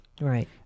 Right